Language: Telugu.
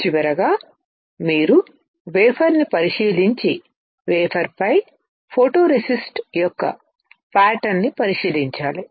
చివరగా మీరు వేఫర్ను పరిశీలించి వేఫర్పై ఫోటోరేసిస్ట్ యొక్క ప్యాటర్న్ ను పరిశీలించాలి